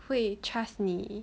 会 trust 你